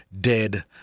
dead